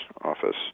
office